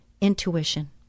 intuition